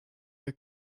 your